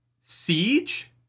Siege